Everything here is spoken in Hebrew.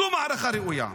זו מערכה ראויה,